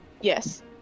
yes